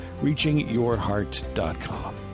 reachingyourheart.com